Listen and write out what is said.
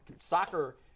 soccer